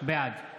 בעד